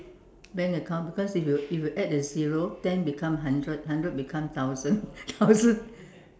bank account because if you if you you add a zero ten become hundred hundred become thousand thousand